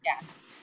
yes